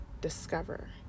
discover